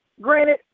Granted